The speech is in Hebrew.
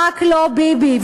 רק לא ביבי.